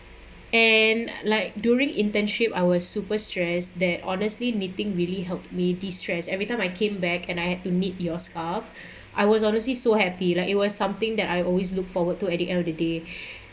and like during internship I was super stressed that honestly knitting really helped me distress every time I came back and I had to knit your scarf I was honestly so happy like it was something that I always look forward to at the end of the day